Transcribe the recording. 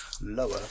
lower